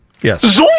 Yes